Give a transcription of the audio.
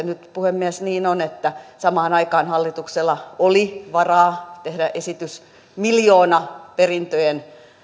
nyt puhemies niin on että samaan aikaan hallituksella oli varaa tehdä esitys miljoonaperintöjen